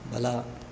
ಬಲ